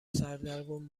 سردرگم